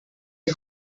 que